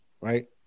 right